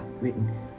written